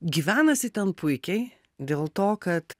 gyvenasi ten puikiai dėl to kad